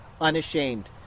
unashamed